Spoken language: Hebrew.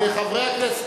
חברי הכנסת,